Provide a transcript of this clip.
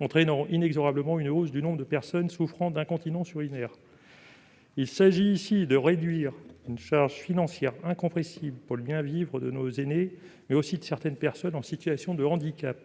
entraînant inexorablement une hausse du nombre de personnes souffrant d'incontinence urinaire. Il s'agit ici de réduire une charge financière incompressible pour le bien-vivre de nos aînés, mais aussi de certaines personnes en situation de handicap.